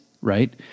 right